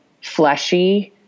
fleshy